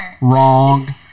Wrong